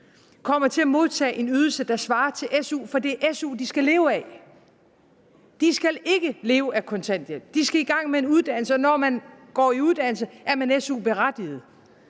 kommer til at modtage en ydelse, der svarer til SU, for det er SU, de skal leve af. De skal ikke leve af kontanthjælp. De skal i gang med en uddannelse, og når man går i uddannelse, er man SU-berettiget.